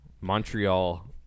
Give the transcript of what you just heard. Montreal